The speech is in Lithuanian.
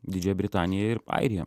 didžiąją britaniją ir airiją